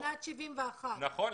משנת 1971. נכון.